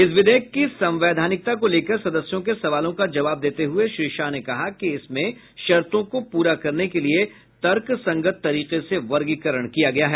इस विधेयक की संवैधानिकता को लेकर सदस्यों के सवालों का जवाब देते हुए श्री शाह ने कहा कि इसमें शर्तों को पूरा करने के लिए तर्क संगत तरीके से वर्गीकरण किया गया है